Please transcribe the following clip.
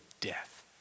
death